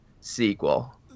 sequel